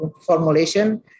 formulation